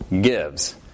gives